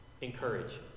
encourage